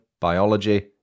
biology